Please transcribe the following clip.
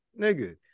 nigga